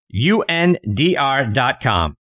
undr.com